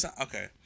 Okay